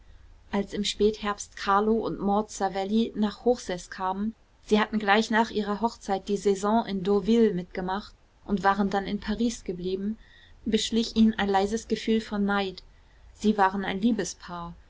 als im spätherbst carlo und maud savelli nach hochseß kamen sie hatten gleich nach ihrer hochzeit die saison in deauville mitgemacht und waren dann in paris geblieben beschlich ihn ein leises gefühl von neid sie waren ein liebespaar